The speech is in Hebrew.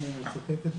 היא מצטטת